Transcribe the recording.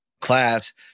class